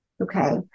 Okay